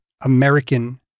American